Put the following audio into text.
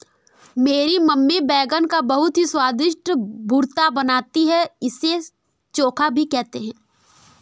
मेरी मम्मी बैगन का बहुत ही स्वादिष्ट भुर्ता बनाती है इसे चोखा भी कहते हैं